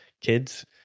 kids